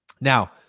Now